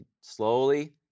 slowly